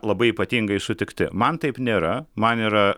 labai ypatingai sutikti man taip nėra man yra